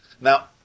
Now